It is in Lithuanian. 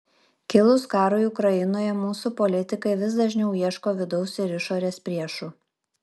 kilus karui ukrainoje mūsų politikai vis dažniau ieško vidaus ir išorės priešų